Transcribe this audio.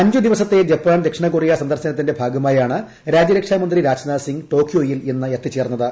അഞ്ച് ദിവസത്തെ ജപ്പാൻ ദക്ഷിണകൊറിയ സന്ദർശനത്തിന്റെ ഭാഗമായാണ് രാജ്യരക്ഷാമന്ത്രി രാജ്നാഥ് സിംഗ് ടൊക്യോയിൽ ഇന്ന് എത്തിച്ചേർന്നത്